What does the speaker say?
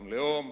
גם לאום,